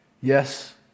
Yes